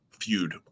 feud